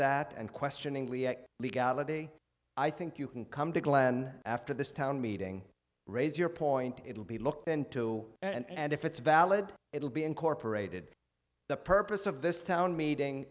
that and questioningly at legality i think you can come to glenn after this town meeting raise your point it will be looked into and if it's valid it will be incorporated the purpose of this town meeting